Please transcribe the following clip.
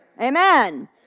Amen